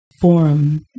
forum